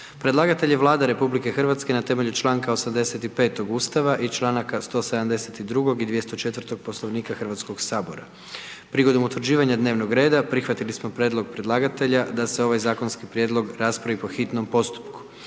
Predlagatelj je Vlada RH na temelju čl. 85 Ustava i čl. 172. i 204. Poslovnika HS-a. Prigodom utvrđivanja dnevnog reda prihvatili smo prijedlog predlagatelja da se ovaj zakonski prijedlog raspravi po hitnom postupku.